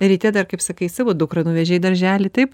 ryte dar kaip sakai savo dukrą nuvežei į darželį taip